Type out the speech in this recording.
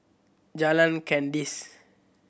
Jalan Kandis